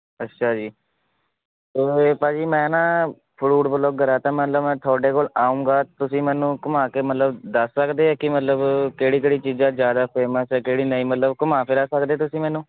ਅੱਛਾ ਜੀ ਇਹ ਭਾਅ ਜੀ ਮੈਂ ਨਾ ਫਰੂਟ ਵਲੋਗਰ ਆ ਤਾਂ ਮਤਲਬ ਮੈਂ ਤੁਹਾਡੇ ਕੋਲ ਆਉਂਗਾ ਤੁਸੀਂ ਮੈਨੂੰ ਘੁੰਮਾ ਕੇ ਮਤਲਬ ਦੱਸ ਸਕਦੇ ਹੈ ਕਿ ਮਤਲਬ ਕਿਹੜੀ ਕਿਹੜੀ ਚੀਜ਼ਾਂ ਜ਼ਿਆਦਾ ਫੇਮਸ ਹੈ ਕਿਹੜੀ ਨਹੀਂ ਮਤਲਬ ਘੁੰਮਾ ਫਿਰਾ ਸਕਦੇ ਤੁਸੀਂ ਮੈਨੂੰ